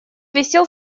висел